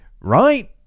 Right